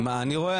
מה אני רואה?